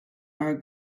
are